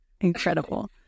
Incredible